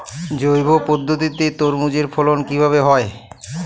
জৈব পদ্ধতিতে তরমুজের ফলন কিভাবে হয়?